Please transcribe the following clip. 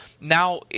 now